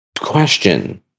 Question